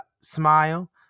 smile